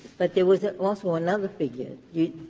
but there was ah also another figure,